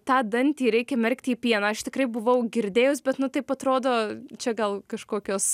tą dantį reikia merkti į pieną aš tikrai buvau girdėjus bet nu taip atrodo čia gal kažkokios